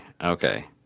okay